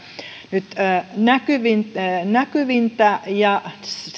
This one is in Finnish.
nyt näkyvintä ja näkyvintä ja